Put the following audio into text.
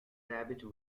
david